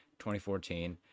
2014